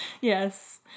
yes